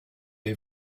les